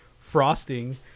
frosting